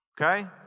Okay